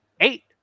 Eight